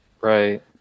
Right